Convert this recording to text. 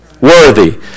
worthy